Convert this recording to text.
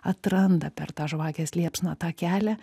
atranda per tą žvakės liepsną tą kelią